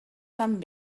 fan